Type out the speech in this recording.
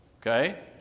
Okay